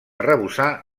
arrebossar